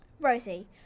Rosie